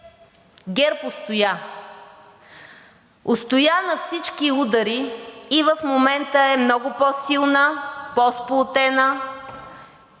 ГЕРБ устоя, устоя на всички удари и в момента е много по силна, по-сплотена